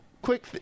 Quick